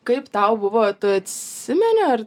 kaip tau buvo tu atsimeni ar